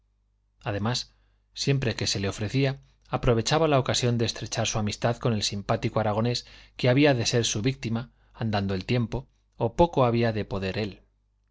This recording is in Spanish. además siempre que se le ofrecía aprovechaba la ocasión de estrechar su amistad con el simpático aragonés que había de ser su víctima andando el tiempo o poco había de poder él